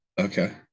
Okay